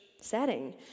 setting